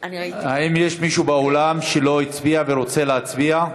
האם יש מישהו באולם שלא הצביע ורוצה להצביע?